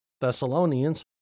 Thessalonians